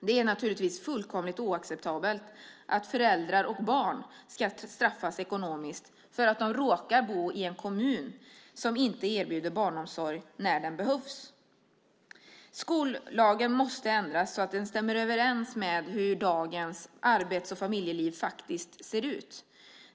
Det är naturligtvis fullkomligt oacceptabelt att föräldrar och barn ska straffas ekonomiskt därför att de råkar bo i en kommun som inte erbjuder barnomsorg när den behövs. Skollagen måste ändras så att den stämmer överens med hur dagens arbets och familjeliv faktiskt ser ut.